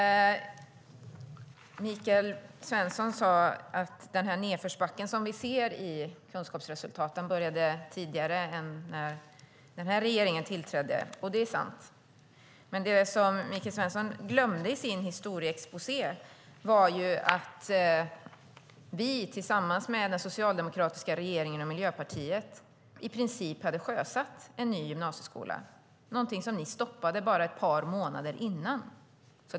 Herr talman! Michael Svensson sade att den nedförsbacke som vi ser i kunskapsresultaten började tidigare än när den här regeringen tillträdde, och det är sant. Men det som Michael Svensson glömde i sin historieexposé var att vi tillsammans med den socialdemokratiska regeringen och Miljöpartiet i princip hade sjösatt en ny gymnasieskola, någonting som ni stoppade bara ett par månader innan.